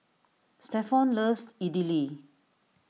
Stephon loves Idili